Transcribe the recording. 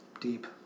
Deep